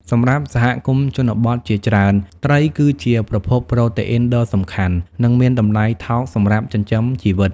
សម្រាប់សហគមន៍ជនបទជាច្រើន ត្រីគឺជាប្រភពប្រូតេអ៊ីនដ៏សំខាន់ និងមានតំលៃថោកសម្រាប់ចិញ្ចឹមជីវិត។